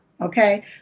okay